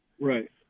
Right